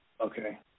Okay